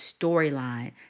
storyline